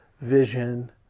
vision